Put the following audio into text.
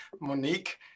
Monique